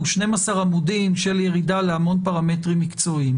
הוא 12 עמודים של ירידה להמון פרמטרים מקצועיים,